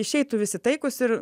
išeitų visi taikūs ir